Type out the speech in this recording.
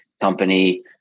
company